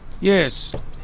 yes